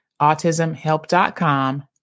autismhelp.com